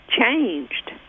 changed